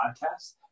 podcast